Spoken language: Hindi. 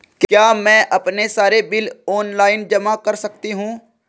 क्या मैं अपने सारे बिल ऑनलाइन जमा कर सकती हूँ?